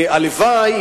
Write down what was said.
הלוואי,